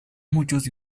muchos